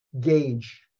gauge